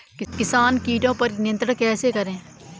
किसान कीटो पर नियंत्रण कैसे करें?